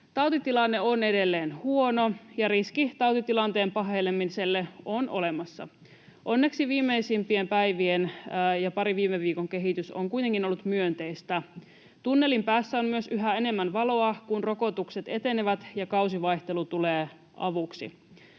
Tautitilanne on edelleen huono, ja riski tautitilanteen pahenemiselle on olemassa. Onneksi viimeisimpien päivien ja parin viime viikon kehitys on kuitenkin ollut myönteistä. Tunnelin päässä on myös yhä enemmän valoa, kun rokotukset etenevät ja kausivaihtelu tulee avuksi.